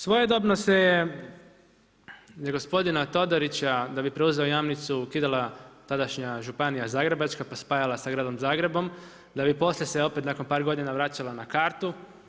Svojedobno se je od gospodina Todorića da bi preuzeo Jamnicu ukidala tadašnja županija Zagrebačka pa spajala sa gradom Zagrebom, da bi poslije se opet nakon par godina vraćala na kartu.